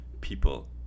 people